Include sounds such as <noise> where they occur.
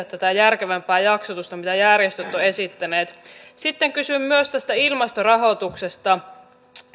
<unintelligible> tätä järkevämpää jaksotusta mitä järjestöt ovat esittäneet sitten kysyn myös tästä ilmastorahoituksesta